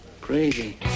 Crazy